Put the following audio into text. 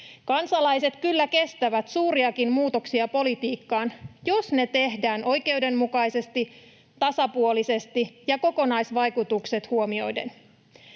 Kansalaiset kyllä kestävät suuriakin muutoksia politiikkaan, jos ne tehdään oikeudenmukaisesti, tasapuolisesti ja kokonaisvaikutukset huomioiden.